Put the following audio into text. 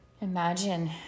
Imagine